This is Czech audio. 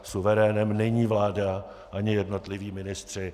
Suverénem není vláda ani jednotliví ministři.